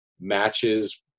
matches –